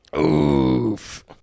oof